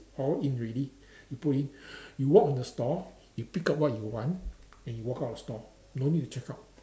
all in already you put in you walk in the store you pick up what you want and you walk out the store no need to check out